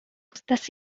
justas